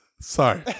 Sorry